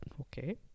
okay